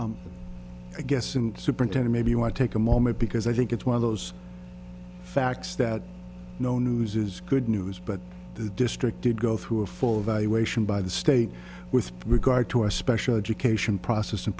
but i guess some superintending maybe you want to take a moment because i think it's one of those facts that no news is good news but the district did go through a full evaluation by the state with regard to our special education process and